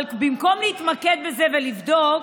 אבל במקום להתמקד בזה ולבדוק,